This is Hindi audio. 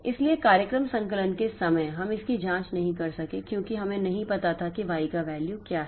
इसलिए कार्यक्रम संकलन के समय हम इसकी जांच नहीं कर सके क्योंकि हमें नहीं पता था कि y का वैल्यू क्या है